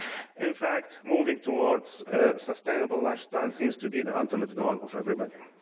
in fact, moving towards a sustainable lifestyle seems to be the ultimate goal of everybody.